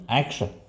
action